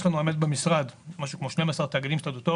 יש לנו באמת במשרד משהו כמו 12 תאגידים סטטוטוריים